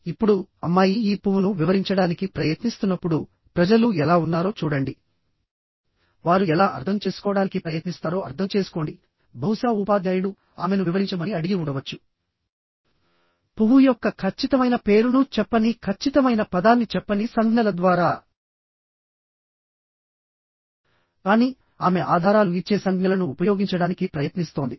ఇప్పుడు అమ్మాయి ఈ పువ్వును వివరించడానికి ప్రయత్నిస్తున్నప్పుడు ప్రజలు ఎలా ఉన్నారో చూడండి వారు ఎలా అర్థం చేసుకోవడానికి ప్రయత్నిస్తారో అర్థం చేసుకోండి బహుశా ఉపాధ్యాయుడు ఆమెను వివరించమని అడిగి ఉండవచ్చు పువ్వు యొక్క ఖచ్చితమైన పేరును చెప్పని ఖచ్చితమైన పదాన్ని చెప్పని సంజ్ఞల ద్వారా కానీ ఆమె ఆధారాలు ఇచ్చే సంజ్ఞలను ఉపయోగించడానికి ప్రయత్నిస్తోంది